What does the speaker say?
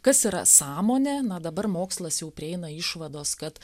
kas yra sąmonė na dabar mokslas jau prieina išvados kad